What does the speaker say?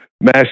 mass